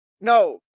no